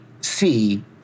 see